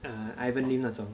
ah ivan lim 那种